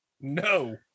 No